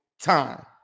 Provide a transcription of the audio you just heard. time